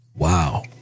Wow